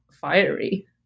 fiery